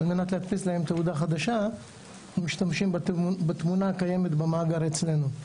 מנת להדפיס להם תעודה חדשה משתמשים בתמונה הקיימת במאגר אצלנו.